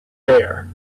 bare